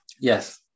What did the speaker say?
Yes